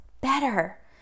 better